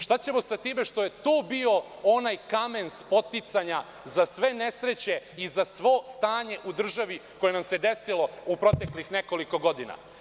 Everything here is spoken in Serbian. Šta ćemo sa time što je to bio onaj kamen spoticanja za sve nesreće i za svo stanje u državi koje nam se desilo u proteklih nekoliko godina?